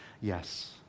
Yes